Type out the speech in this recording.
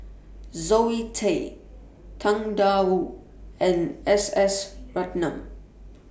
Zoe Tay Tang DA Wu and S S Ratnam